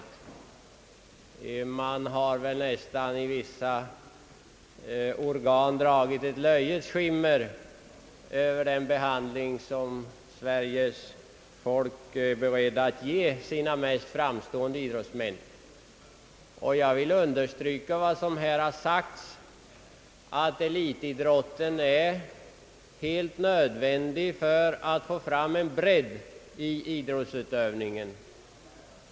I vissa organ har man väl nästan dragit ett löjets skimmer över den behandling som Sveriges folk ger sina mest framstående idrottsmän. Jag vill understryka vad som här har sagts om att elitidrotten är helt nödvändig för att få fram en bredd i idrottsutövningen.